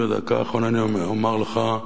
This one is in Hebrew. ובדקה האחרונה אני אומר לך,